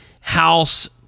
House